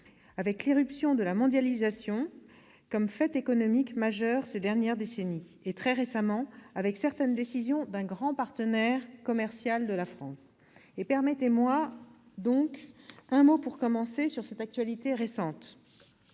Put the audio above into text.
avec l'irruption de la mondialisation comme fait économique majeur ces dernières décennies et, très récemment, avec certaines décisions d'un grand partenaire commercial de la France. Permettez-moi de commencer par cette actualité récente.